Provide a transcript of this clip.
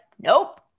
nope